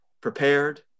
prepared